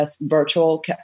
virtual